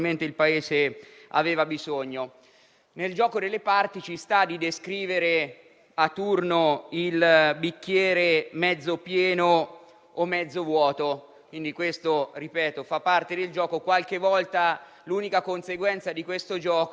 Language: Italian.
ma sicuramente si poteva fare di più. Il fatto che ci sia anche più di qualcosa di buono nel provvedimento sta in uno degli emendamenti che con più forza come Lega abbiamo presentato e sostenuto, che è stato l'emendamento 1.3 che